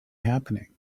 happening